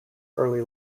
early